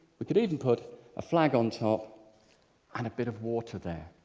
we could even put a flag on top and a bit of water there.